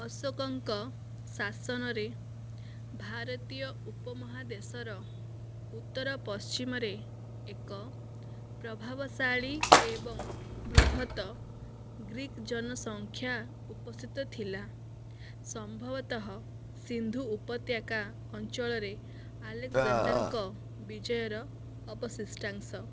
ଅଶୋକଙ୍କ ଶାସନରେ ଭାରତୀୟ ଉପମହାଦେଶର ଉତ୍ତର ପଶ୍ଚିମରେ ଏକ ପ୍ରଭାବଶାଳୀ ଏବଂ ବୃହତ ଗ୍ରୀକ୍ ଜନସଂଖ୍ୟା ଉପସ୍ଥିତ ଥିଲା ସମ୍ଭବତଃ ସିନ୍ଧୁ ଉପତ୍ୟକା ଅଞ୍ଚଳରେ ଆଲେକ୍ଜାଣ୍ଡାର୍ଙ୍କ ବିଜୟର ଅବଶିଷ୍ଟାଂଶ